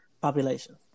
population